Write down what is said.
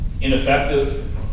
ineffective